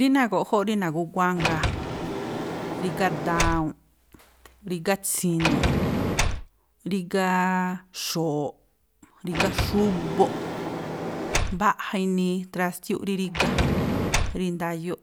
Rí náa̱ guꞌjó rí na̱gúguángaa, rígá dawu̱nꞌ, rígá tsi̱nu̱ꞌ, ríga̱ xo̱wo̱ꞌ, rígá xúbóꞌ, mbaꞌja inii trástiúꞌ rí rígá, rí ndayóꞌ,